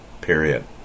period